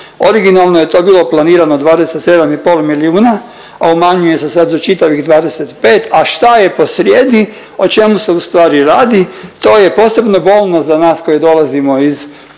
originalno je to bilo planirano 27,5 milijuna, a umanjuje se sada za čitavih 25 a šta je posrijedi o čemu se ustvari radi to je posebno bolno za nas koji dolazimo iz